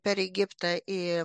per egiptą į